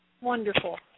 Wonderful